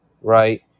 right